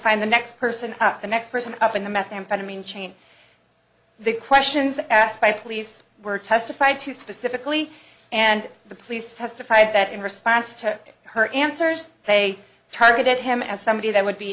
find the next person the next person up in the methamphetamine chain the questions asked by police were testified to specifically and the police testified that in response to her answers they targeted him as somebody that would be